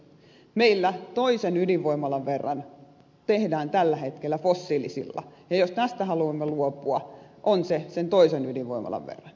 meillä toisen ydinvoimalan verran tehdään tällä hetkellä fossiilisilla ja jos tästä haluamme luopua on se sen toisen ydinvoimalan verran